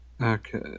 Okay